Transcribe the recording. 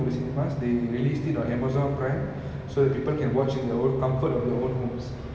K like I think that was a smart move you know so like they really taking the situation into consideration